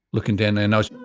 looking down their nose.